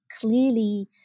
clearly